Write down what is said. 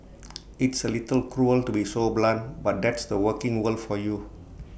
it's A little cruel to be so blunt but that's the working world for you